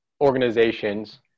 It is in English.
organizations